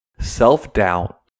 self-doubt